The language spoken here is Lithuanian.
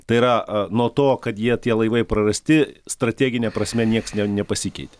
tai yra nuo to kad jie tie laivai prarasti strategine prasme nieks ne nepasikeitė